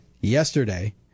yesterday